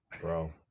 Bro